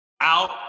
out